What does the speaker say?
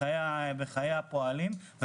בחיי הפועלים,